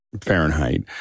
Fahrenheit